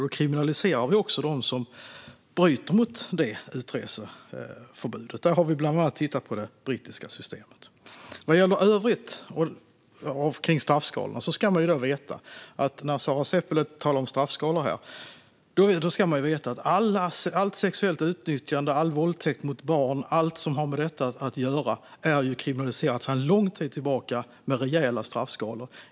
Då kriminaliserar vi dem som bryter mot utreseförbudet. Där har vi bland annat tittat på det brittiska systemet. Sara Seppälä talar om straffskalor här, och då ska man veta att allt sexuellt utnyttjande, all våldtäkt mot barn och allt som har med detta att göra är kriminaliserat sedan lång tid tillbaka med rejäla straffskalor.